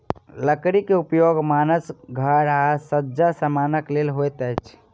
लकड़ी के उपयोग भानस घर आ सज्जा समानक लेल होइत अछि